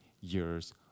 years